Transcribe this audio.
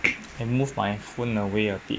I move my phone away ah